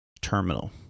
terminal